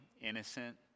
innocent